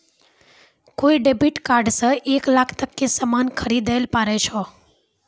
कोय debit card से एक लाख तक के सामान खरीदैल पारै छो